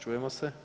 Čujemo se?